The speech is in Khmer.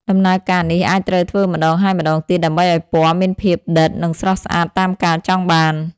ដំណើរការនេះអាចត្រូវធ្វើម្តងហើយម្តងទៀតដើម្បីឱ្យពណ៌មានភាពដិតនិងស្រស់ស្អាតតាមការចង់បាន។